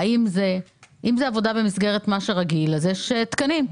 לעבודה במסגרת הרגילה יש תקנים.